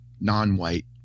non-white